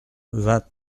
vingt